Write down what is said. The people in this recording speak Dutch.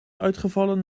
uitgevallen